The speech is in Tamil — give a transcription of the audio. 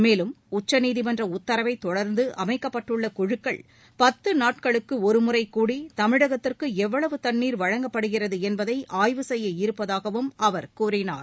மேலும் உச்சநீதிமன்ற உத்தரவை தொடர்ந்து அமைக்கப்பட்டுள்ள குழுக்கள் பத்து நாட்களுக்கு ஒருமுறை கூடி தமிழகத்திற்கு எவ்வளவு தண்ணீர் வழங்கப்படுகிறது என்பதை ஆய்வு செய்ய இருப்பதாகவும் அவர் கூறினார்